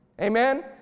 Amen